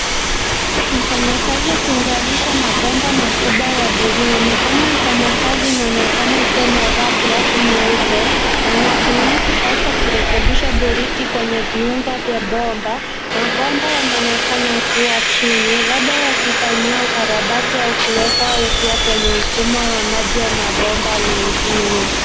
Mfanyakazi akiunganisha mabomba makubwa ya buluu. Mikono ya mfanyakazi inaonekana ikiwa imevaa glovu nyeupe na anatumia kifaa cha kurekebisha bolti kwenye viunga vya bomba. Mabomba yanaonekana kuwa chini, labda yakifanyiwa ukarabati au kuwekwa au pia kwenye mfumo wa maji ya mabomba mengine.